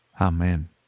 Amen